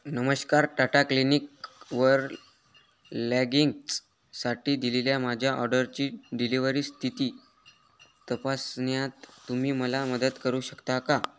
नमस्कार टाटा क्लिनिकवर लॅगिंग्ससाठी दिलेल्या माझ्या ऑर्डरची डिलेवरी स्थिती तपासण्यात तुम्ही मला मदत करू शकता का